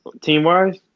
Team-wise